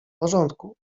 porządku